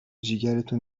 جیگرتو